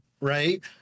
right